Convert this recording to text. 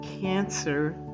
cancer